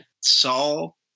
Saul